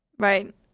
Right